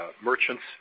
merchants